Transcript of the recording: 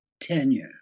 tenure